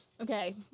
okay